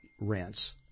rents